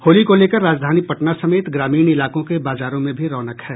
होली को लेकर राजधानी पटना समेत ग्रामीण इलाकों के बाजारों में भी रौनक है